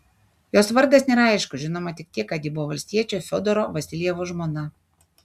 jos vardas nėra aiškus žinoma tik tiek kad ji buvo valstiečio fiodoro vasiljevo žmona